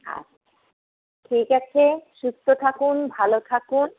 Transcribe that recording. আচ্ছা ঠিক আছে সুস্থ থাকুন ভালো থাকুন